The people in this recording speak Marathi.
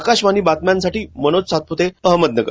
आकाशवाणी बातम्यांसाठी मनोज सातपुते अहमदनगर